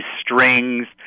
strings